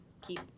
keep